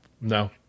No